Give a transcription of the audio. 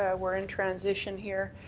we're in transition here.